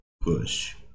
push